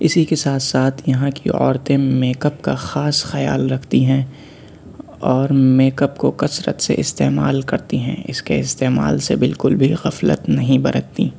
اِسی کے ساتھ ساتھ یہاں کی عورتیں میک اپ کا خاص خیال رکھتی ہیں اور میک اپ کو کثرت سے استعمال کرتی ہیں اس کے استعمال سے بالکل بھی غفلت نہیں برتتیں